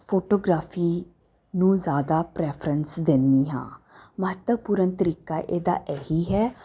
photography ਨੂੰ ਜ਼ਿਆਦਾ preference ਦਿੰਦੀ ਹਾਂ ਮਹੱਤਵਪੂਰਨ ਤਰੀਕਾ ਇਹਦਾ ਇਹ ਹੀ ਹੈ